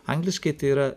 angliškai tai yra